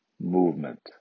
movement